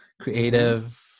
creative